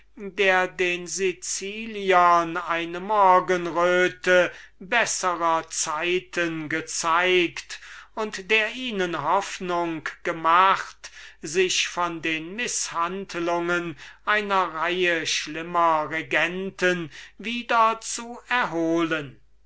der den sicilianern eine morgenröte beßrer zeiten gezeigt und hoffnung gemacht sich von den mißhandlungen einer reihe schlimmer regenten wieder zu erholen